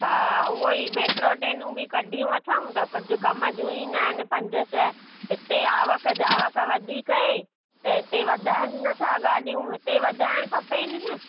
हा उहो ई मेट्रो ट्रेनूं बि कढियूं अथऊं त कुझु कम जूं ई न आहिनि पंज छह हिते आवक जावक वधीक आहे त हिते वधाइनि नथा गाॾियूं हिते वधाइणु खपेनि न